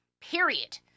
period